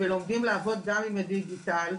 ולומדים לעבוד גם עם הדיגיטל.